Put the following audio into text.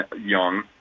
young